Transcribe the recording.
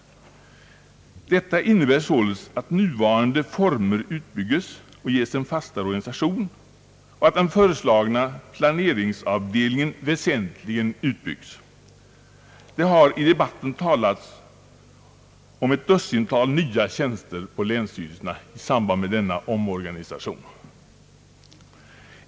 Det innebär således att nuvarande former utbygges och ges en fastare organisation och att den föreslagna planeringsavdelningen väsentligen utbygges. Det har i debatten talats om ett dussintal nya tjänster per länsstyrelse i samband med denna omorganisation.